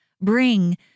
bring